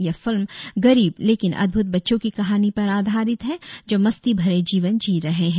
यह फिल्म गरीब लेकिन उद्भुत बच्चों की कहानी पर आधारित है जो मस्ती भरे जीवन जी रहे है